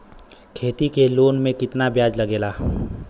खेती के लोन में कितना ब्याज लगेला?